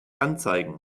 anzeigen